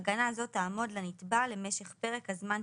והוא ממלא אחר התחייבותו בכתב ההתחייבות,